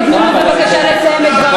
תיתנו לו בבקשה לסיים את דבריו.